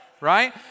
Right